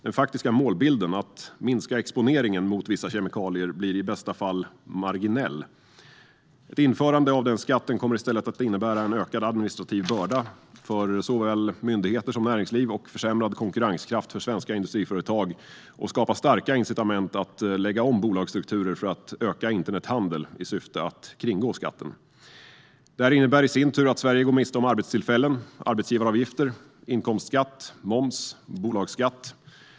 Den faktiska målbilden, att minska exponeringen mot vissa kemikalier, blir i bästa fall marginell. Ett införande av den skatten kommer i stället att innebära en ökad administrativ börda för såväl myndigheter som näringsliv och försämrad konkurrenskraft för svenska industriföretag samt skapa starka incitament att lägga om bolagsstrukturer för att öka internethandeln i syfte att kringgå skatten. Detta innebär i sin tur att Sverige går miste om arbetstillfällen, arbetsgivaravgifter, inkomstskatt, moms och bolagsskatt.